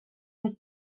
oedd